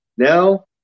Now